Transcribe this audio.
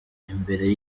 imbere